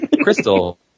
Crystal